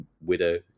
widow